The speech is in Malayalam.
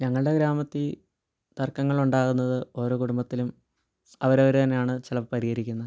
ഞങ്ങളുടെ ഗ്രാമത്തിൽ തർക്കങ്ങൾ ഉണ്ടാകുന്നത് ഓരോ കുടുംബത്തിലും അവരവർ തന്നെയാണ് ചിലപ്പോൾ പരിഹരിക്കുന്നത്